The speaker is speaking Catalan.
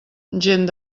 gent